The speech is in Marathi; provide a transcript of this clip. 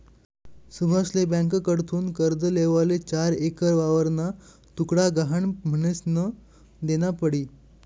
सुभाषले ब्यांककडथून कर्ज लेवाले चार एकर वावरना तुकडा गहाण म्हनीसन देना पडी